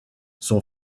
son